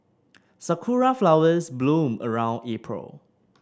sakura flowers bloom around April